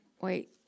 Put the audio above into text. Wait